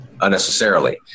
unnecessarily